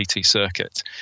circuit